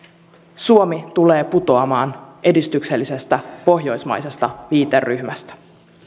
suomi tulee putoamaan edistyksellisestä pohjoismaisesta viiteryhmästä